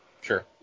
Sure